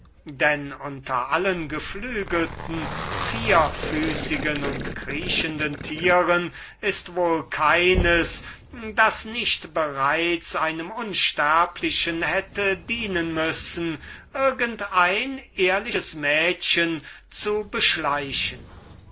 daß unter allen geflügelten vierfüßigen und kriechenden tieren eines ist das nicht schon einem unsterblichen hätte dienen müssen irgend ein ehrliches mädchen zu beschleichen